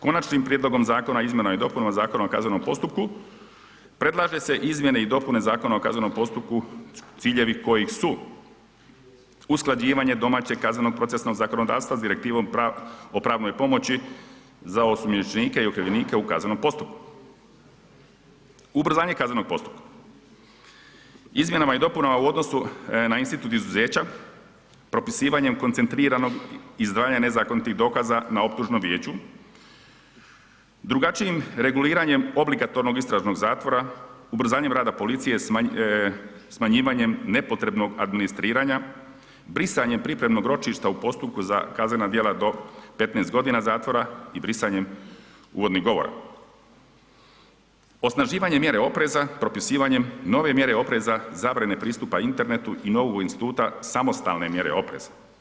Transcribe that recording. Konačnim prijedlogom zakona o izmjenama i dopunama ZKP-a predlaže se izmjene i dopune ZKP-a ciljevi kojih su usklađivanje domaćeg kaznenog procesnog zakonodavstva sa direktivom o pravnoj pomoći za osumnjičenike i okrivljenike u kaznenom postupku, ubrzanje kaznenog postupka, izmjenama i dopunama u odnosu na institut izuzeća, propisivanje koncentriranog izdvajanja nezakonitih dokaza na optužnom vijeću, drugačijim reguliranjem obligatornog istražnog zatvora, ubrzanjem rada policije, smanjivanjem nepotrebnog administriranja, brisanjem pripremnog ročišta u postupku za kaznena djela do 15 g. zatvora i brisanjem uvodnih govora, osnaživanje mjere opreza, propisivanjem nove mjere opreza, zabrane pristupa internetu i ... instituta samostalne mjere opreza.